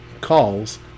calls